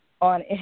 on